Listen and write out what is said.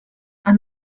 are